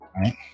right